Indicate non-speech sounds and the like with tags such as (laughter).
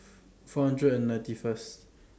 (noise) four hundred and ninety First